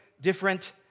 different